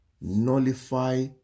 nullify